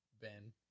Ben